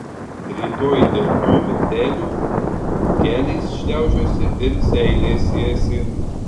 rytoj dėl tų miltelių keliais šliaužiosi ir seilėsiesi